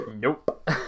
Nope